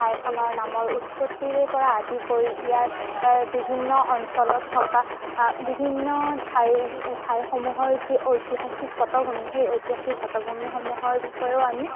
ঠাইখনৰ নামৰ উৎপত্তিৰেপৰা আদি কৰি ইয়াৰ বিভিন্ন অঞ্চলত থকা বিভিন্ন ঠাইৰ ঠাইসমূহৰ যি ঐতিহাসিক পটভূমি সেই ঐতিহাসিক পটভূমিসমূহৰ বিষয়েও আমি